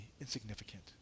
insignificant